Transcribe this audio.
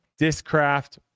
Discraft